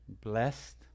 Blessed